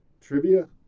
trivia